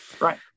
Right